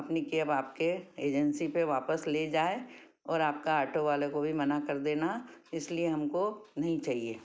अपनी केप आपके एजेंसी पर वापस ले जाए और आपका आटो वाले को भी मना कर देना इसलिए हमको नहीं चाहिए